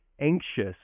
anxious